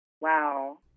wow